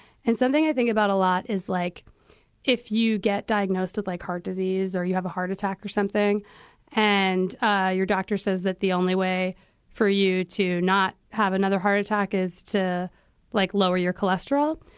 and something i think about a lot is like if you get diagnosed with like heart disease or you have a heart attack or something and ah your doctor says that the only way for you to not have another heart attack is to like lower your cholesterol.